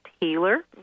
healer